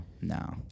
No